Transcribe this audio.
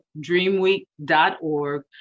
dreamweek.org